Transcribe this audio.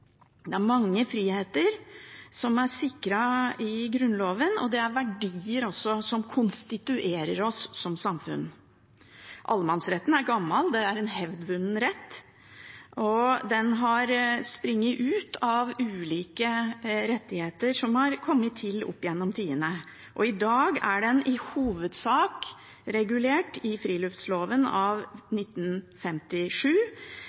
Det er mange friheter som er sikret i Grunnloven, og det er verdier som også konstituerer oss som samfunn. Allemannsretten er gammel, det er en hevdvunnen rett. Den har sprunget ut av ulike rettigheter som har kommet til opp gjennom tidene. I dag er den i hovedsak regulert i friluftsloven av